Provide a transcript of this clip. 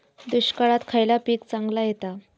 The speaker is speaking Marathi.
दुष्काळात खयला पीक चांगला येता?